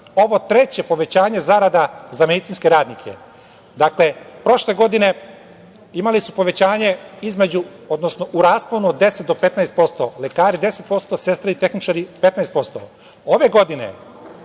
ovo treće povećanje zarada za medicinske radnike. Dakle, prošle godine imali su povećanje u rasponu od 10-15%, lekari 10%, a sestre i tehničari 15%.